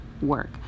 work